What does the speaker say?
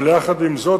אבל יחד עם זאת,